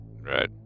Right